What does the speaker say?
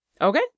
Okay